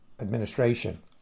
administration